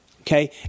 Okay